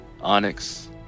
Onyx